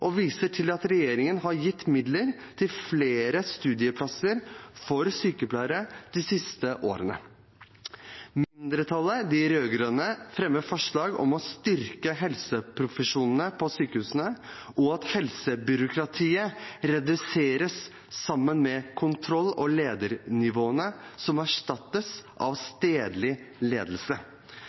og viser til at regjeringen har gitt midler til flere studieplasser for sykepleiere de siste årene. Mindretallet – de rød-grønne – fremmer forslag om å styrke helseprofesjonene på sykehusene og at helsebyråkratiet reduseres sammen med kontroll- og ledernivåene, som erstattes av stedlig ledelse.